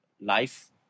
life